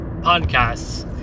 podcasts